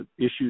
issues